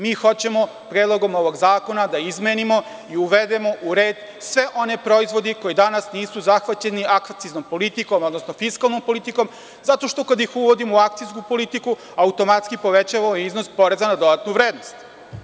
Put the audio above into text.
Mi hoćemo Predlogom ovog zakona da izmenimo i uvedemo u red sve one proizvode koji danas nisu zahvaćeni akciznom politikom, odnosno fiskalnom politikom, zato što kada ih uvodimo u akciznu politiku automatski povećavamo i iznos poreza na dodatnu vrednost.